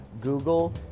Google